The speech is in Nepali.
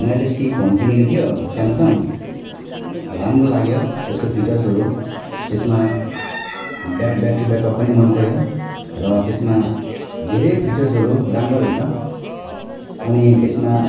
मैले अस्ति फोन किनेको थिएँ स्यामसङ राम्रो लाग्यो त्यसको फिचर्सहरू त्यसमा ब्याक् ब्याट्री ब्याकअप पनि मन पऱ्यो र त्यसमा धेरै फिचर्सहरू राम्रो रहेछ अनि त्यसमा